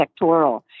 sectoral